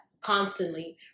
constantly